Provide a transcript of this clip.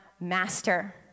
master